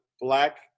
black